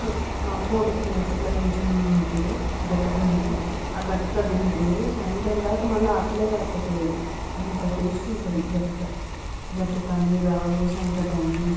మా అమ్మ వండేది అప్పట్లో మేము చిన్నగా ఉన్నప్పుడు గట్క అని ఆ గట్క తింటే సాయంత్రం దాకా మళ్ళీ ఆకలే కాకపోయేది అంత టేస్ట్ ఉంటుంది గట్క గట్క అని రాగి సంగటి అని